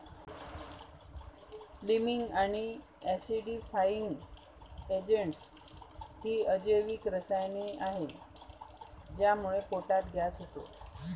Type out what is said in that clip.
liming आणि acidifying agents ही अजैविक रसायने आहेत ज्यामुळे पोटात गॅस होतो